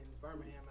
Birmingham